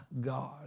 God